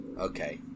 Okay